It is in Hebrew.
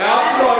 סגן שר האוצר.